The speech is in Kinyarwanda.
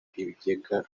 ibigega